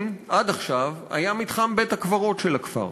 עד עכשיו היה מתחם בית-הקברות של הכפר.